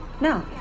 no